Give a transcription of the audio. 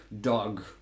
dog